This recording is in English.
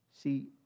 See